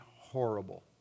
horrible